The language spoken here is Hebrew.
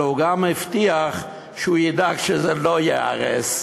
אלא הוא גם הבטיח שהוא ידאג שהוא לא ייהרס.